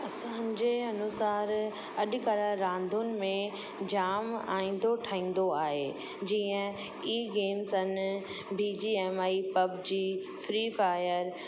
असांजे अनुसार अॼुकल्ह रांदुनि में जाम आइंदो ठहींदो आहे जीअं ई गेम्स आहिनि B G M I PUBG Free fire